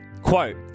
Quote